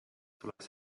tuleks